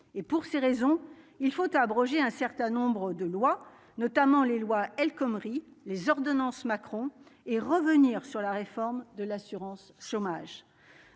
et pour ces raisons, il faut abroger un certain nombre de lois notamment les loi El Khomri les ordonnances Macron et revenir sur la réforme de l'assurance chômage,